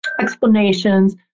explanations